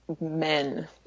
men